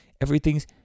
everything's